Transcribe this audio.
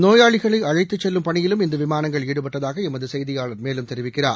நோயாளிகளைஅழைத்துசெல்லும் பணியிலும் இந்தவிமானங்கள் ஈடுபட்டதாகளமதுசெய்தியாளர் மேலும் தெரிவிக்கிறார்